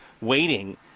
waiting